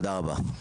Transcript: תודה רבה.